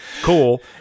cool